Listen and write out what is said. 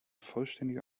vollständige